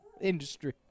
industry